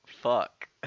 Fuck